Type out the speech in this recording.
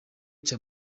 cya